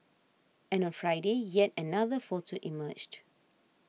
and on Friday yet another photo emerged